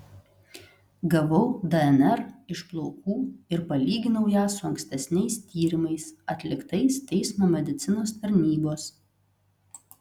gavau dnr iš plaukų ir palyginau ją su ankstesniais tyrimais atliktais teismo medicinos tarnybos